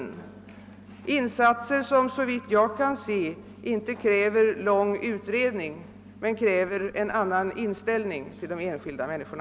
Sådana punktinsatser skulle såvitt jag kan se inte kräva lång utredning, bara en annan inställning till de berörda människorna.